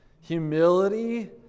humility